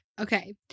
Okay